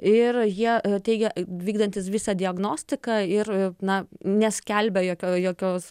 ir jie teigia vykdantys visą diagnostiką ir na neskelbia jokio jokios